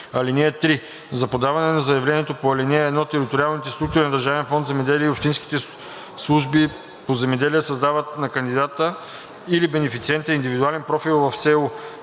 (3) За подаване на заявлението по ал. 1 териториалните структури на Държавен фонд „Земеделие“ и общинските служби по земеделие създават на кандидата или бенефициента индивидуален профил в СЕУ.